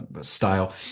style